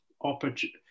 opportunity